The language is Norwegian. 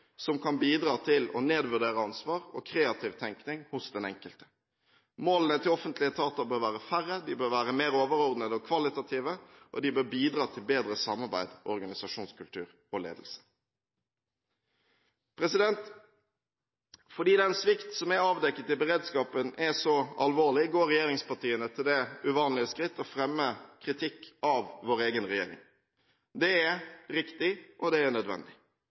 som kan bidra til å nedvurdere ansvar og kreativ tenkning hos den enkelte. Målene til offentlige etater bør være færre, de bør være mer overordnede og kvalitative, og de bør bidra til bedre samarbeid, organisasjonskultur og ledelse. Fordi den svikt som er avdekket i beredskapen, er så alvorlig, går regjeringspartiene til det uvanlige skritt å fremme kritikk av sin egen regjering. Det er riktig, og det er nødvendig.